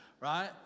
right